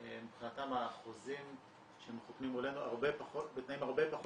מבחינתם החוזים שהם חותמים מולנו הם בתנאים הרבה פחות